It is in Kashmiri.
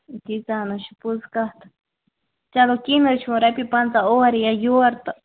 تیٖژھا ہَن حظ چھا پوٛز کَتھ چلو کیٚنٛہہ نہٕ حظ چھُںہٕ وۄن رۄپیہ پنٛژہ اور یا یور تہٕ